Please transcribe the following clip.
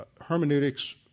hermeneutics